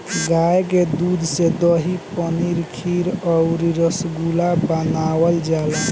गाय के दूध से दही, पनीर खीर अउरी रसगुल्ला बनावल जाला